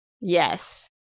Yes